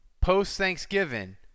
post-Thanksgiving